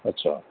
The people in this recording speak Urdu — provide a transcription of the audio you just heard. اچھا